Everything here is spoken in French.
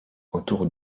autour